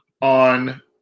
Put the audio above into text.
on